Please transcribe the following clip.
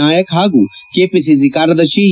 ನಾಯಕ ಹಾಗೂ ಕೆಪಿಸಿಸಿ ಕಾರ್ಯದರ್ತಿ ಎ